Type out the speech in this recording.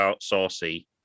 Saucy